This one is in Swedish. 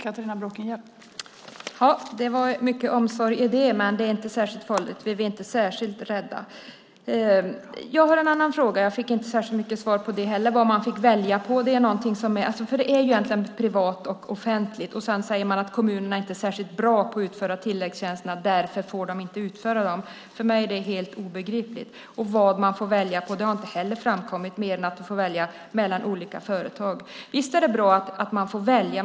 Fru talman! Det var mycket omsorg i det. Men det är inte särskilt farligt. Vi blir inte särskilt rädda. Jag har en annan fråga. Jag fick inte heller så mycket svar på vad man fick välja mellan. Det handlar egentligen om privat och offentligt. Sedan säger man att kommunerna inte är särskilt bra på att utföra tilläggstjänsterna och att de därför inte får utföra dem. För mig är det helt obegripligt. Och vad man får välja mellan har inte heller framkommit, mer än att man får välja mellan olika företag. Visst är det bra att man får välja.